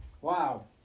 Wow